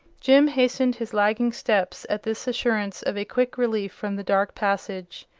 jim hastened his lagging steps at this assurance of a quick relief from the dark passage,